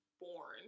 born